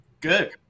Good